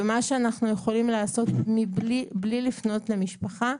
מה שאנחנו יכולים לעשות מבלי לפנות למשפחה,